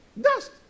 Dust